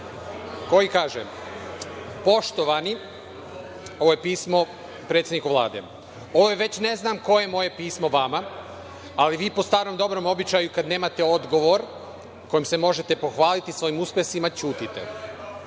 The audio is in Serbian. koji kaže – Poštovani, ovo je pismo predsedniku Vlade, ovo je već ne znam koje pismo vama, ali vi po starom dobrom običaju kada nemate odgovor kojim se možete pohvaliti svojim uspesima, ćutite. Ja